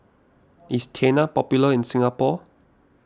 is Tena popular in Singapore